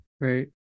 Right